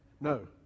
No